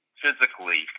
physically